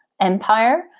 Empire